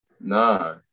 Nah